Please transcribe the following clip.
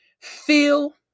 feel